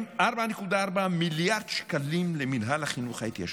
4.4 מיליארד שקלים למינהל החינוך ההתיישבותי,